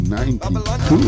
1992